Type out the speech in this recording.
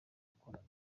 gukorana